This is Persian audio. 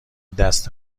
دست